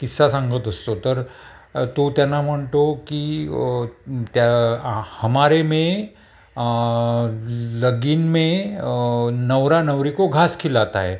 किस्सा सांगत असतो तर तो त्यांना म्हणतो की त्या हमाे मे लगीन मे नवर नवरीको घास खिलाता है